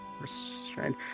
restrained